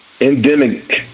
endemic